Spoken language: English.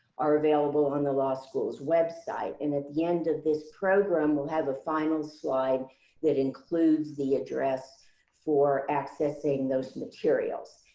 are available on the law school's website. and at the end of this program, we'll have a final slide that includes the address for accessing those materials.